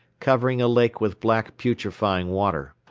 covering a lake with black putrefying water.